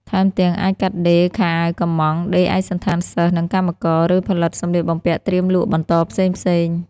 ថែមទាំង អាចកាត់ដេរខោអាវកម្ម៉ង់ ដេរឯកសណ្ឋានសិស្ស និងកម្មករ ឬផលិតសម្លៀកបំពាក់ត្រៀមលក់បន្តផ្សេងៗ។